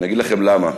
אני אגיד לכם למה.